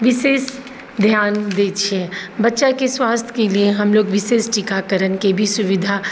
विशेष ध्यान दै छियै बच्चाके स्वास्थ्यके लिये हम लोग विशेष टीकाकरणके भी सुविधा